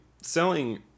selling